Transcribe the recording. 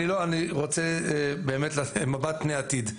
אני רוצה לדבר במבט פני עתיד.